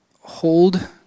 hold